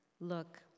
Look